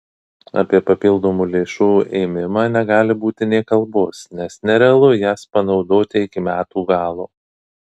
apie papildomų lėšų ėmimą negali būti nė kalbos nes nerealu jas panaudoti iki metų galo